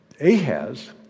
Ahaz